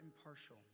impartial